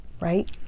right